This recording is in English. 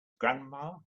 grandma